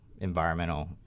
environmental